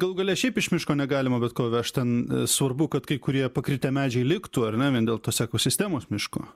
galų gale šiaip iš miško negalima bet ko vežt ten svarbu kad kai kurie pakritę medžiai liktų ar ne dėl tos ekosistemos miško